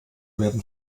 werden